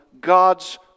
God's